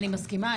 אני מסכימה.